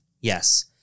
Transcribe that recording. yes